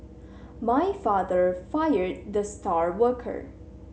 my father fire the star worker